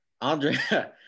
Andre